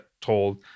told